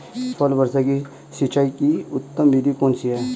फल वृक्ष की सिंचाई की उत्तम विधि कौन सी है?